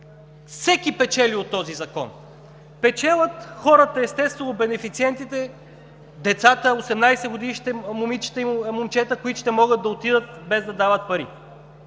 Всеки печели от този закон. Печелят естествено хората, бенефициентите – децата, 18-годишните момичета и момчета, които ще могат да отидат без да дават пари.